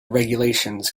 regulations